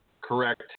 correct